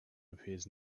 appears